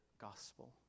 gospel